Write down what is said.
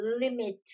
limit